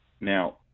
Now